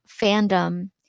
fandom